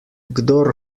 kdor